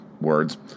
words